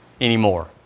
anymore